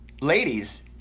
ladies